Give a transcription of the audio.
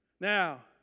Now